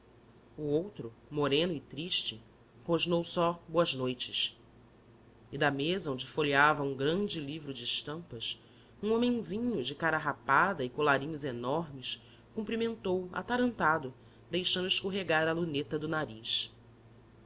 o outro moreno e triste rosnou só boas noites e da mesa onde folheava um grande livro de estampas um homenzinho de cara rapada e colarinhos